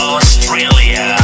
Australia